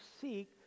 seek